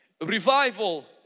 Revival